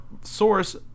source